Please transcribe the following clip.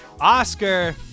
Oscar